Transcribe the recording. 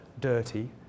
dirty